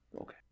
Okay